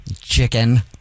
chicken